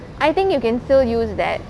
I think you can still use that